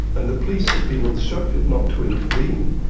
and the police had been instructed not to intervene,